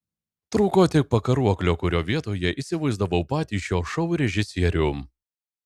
trūko tik pakaruoklio kurio vietoje įsivaizdavau patį šio šou režisierių